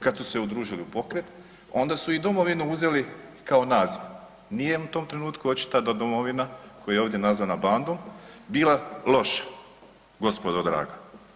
Kada su se udružili u pokret onda su i domovinu uzeli kao naziv, nije im u tom trenutku očito domovina koja je ovdje nazvana bandom bila loša gospodo draga.